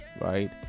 right